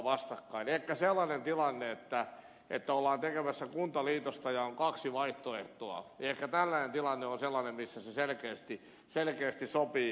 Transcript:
ehkä sellainen tilanne että ollaan tekemässä kuntaliitosta ja on kaksi vaihtoehtoa on sellainen johon tämä järjestelmä selkeästi sopii